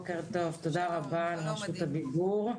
רבה על רשות הדיבור.